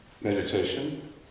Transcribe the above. meditation